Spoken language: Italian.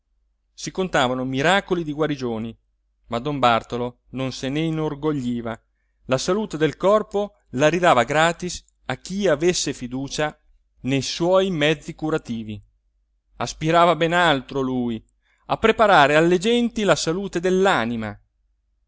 si contavano miracoli di guarigioni ma don bartolo non se ne inorgogliva la salute del corpo la ridava gratis a chi avesse fiducia nei suoi mezzi curativi aspirava a ben altro lui a preparare alle genti la salute